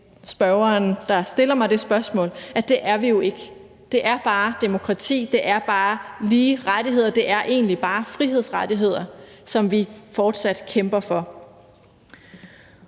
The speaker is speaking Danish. spørgeren, der stiller mig det spørgsmål, om. Det er bare demokrati, det er bare lige rettigheder, der er egentlig bare frihedsrettigheder, som vi fortsat kæmper for.